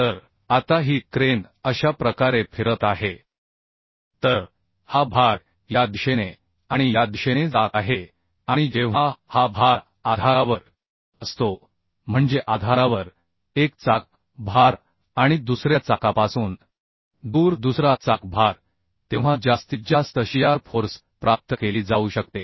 तर आता ही क्रेन अशा प्रकारे फिरत आहे तर हा भार या दिशेने आणि या दिशेने जात आहे जेव्हा हा भार आधारावर असतो म्हणजे आधारावर एक चाक भार आणि दुसऱ्या चाकापासून दूर दुसरा चाक भार तेव्हा जास्तीत जास्त शियार फोर्स प्राप्त केली जाऊ शकते